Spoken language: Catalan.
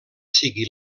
sigui